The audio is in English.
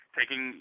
taking